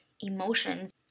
emotions